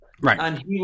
Right